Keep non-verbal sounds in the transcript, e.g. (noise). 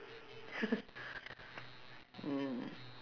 (laughs) mm